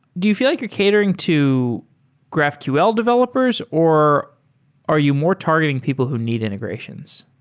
do you feel like you're catering to graphql developers or are you more targeting people who need integrations?